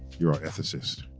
you're our ethicist.